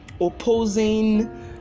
opposing